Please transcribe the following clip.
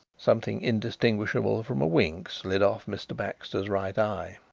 something indistinguishable from a wink slid off mr. baxter's right eye.